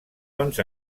bons